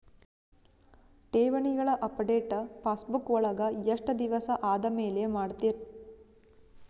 ಠೇವಣಿಗಳ update passbook ವಳಗ ಎಷ್ಟ ದಿವಸ ಆದಮೇಲೆ ಮಾಡ್ತಿರ್?